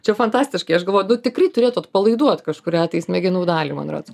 čia fantastiškai aš galvoju nu tikrai turėtų atpalaiduot kažkurią tai smegenų dalį man rods